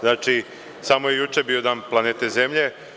Znači, samo je juče bio Dan planete Zemlje.